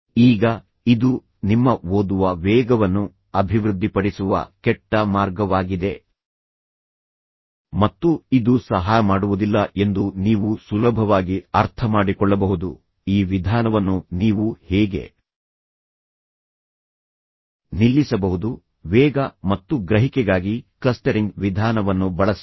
ಈಗ ಇದು ನಿಮ್ಮ ಓದುವ ವೇಗವನ್ನು ಅಭಿವೃದ್ಧಿಪಡಿಸುವ ಕೆಟ್ಟ ಮಾರ್ಗವಾಗಿದೆ ಮತ್ತು ಇದು ಸಹಾಯ ಮಾಡುವುದಿಲ್ಲ ಎಂದು ನೀವು ಸುಲಭವಾಗಿ ಅರ್ಥಮಾಡಿಕೊಳ್ಳಬಹುದು ಈ ವಿಧಾನವನ್ನು ನೀವು ಹೇಗೆ ನಿಲ್ಲಿಸಬಹುದು ವೇಗ ಮತ್ತು ಗ್ರಹಿಕೆಗಾಗಿ ಕ್ಲಸ್ಟರಿಂಗ್ ವಿಧಾನವನ್ನು ಬಳಸಿ